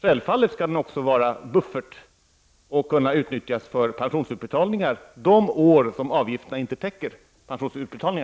Självfallet skall den också utgöra en buffert och kunna utnyttas för pensionsutbetalningar de år som avgifterna inte räcker till dem.